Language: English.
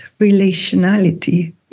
relationality